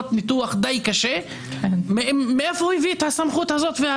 השופטים אבל מחר אתה תהיה מיעוט כך שגם שם תהיה מיעוט.